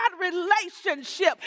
relationship